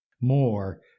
more